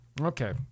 okay